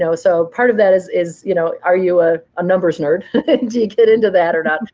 so so part of that is is you know are you ah a numbers nerd? do you get into that or not?